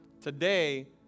Today